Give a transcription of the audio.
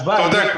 צודק.